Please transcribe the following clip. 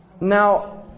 Now